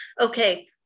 okay